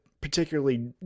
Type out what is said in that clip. particularly